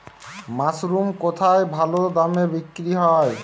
Mushroom কেথায় ভালোদামে বিক্রয় হয়?